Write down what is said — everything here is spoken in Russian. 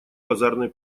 базарной